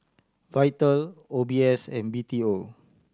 Vital O B S and B T O